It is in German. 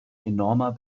enormer